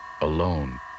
alone